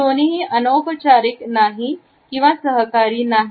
हे दोन्हीही अनौपचारिक नाही किंवा सहकारी नाही